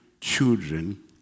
children